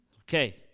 okay